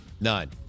None